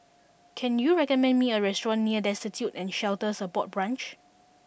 can you recommend me a restaurant near Destitute and Shelter Support Branch